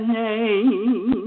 name